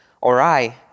Ori